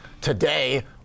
Today